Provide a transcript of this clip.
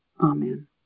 Amen